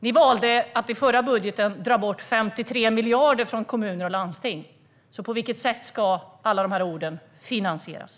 Ni valde att i förra budgeten dra bort 53 miljarder från kommuner och landsting. På vilket sätt ska allt det ni talar om finansieras?